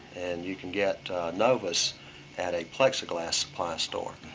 and you can get novus at a plexiglass supply store.